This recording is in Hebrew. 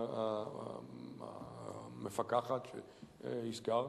המפקחת שהזכרת,